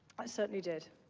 i certainly did.